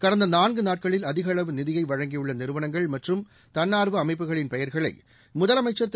கடந்த நான்கு நாட்களில் அதிகளவு நிதியை வழங்கியுள்ள நிறுவனங்கள் மற்றும் தன்னா்வ அமைப்புகளின் பெயர்களை முதலமைச்ச் திரு